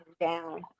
down